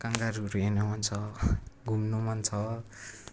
काङगारुहरू हेर्नु मन छ घुम्नु मन छ